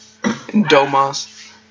Domas